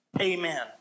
amen